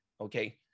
okay